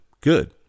good